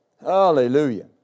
Hallelujah